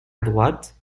droite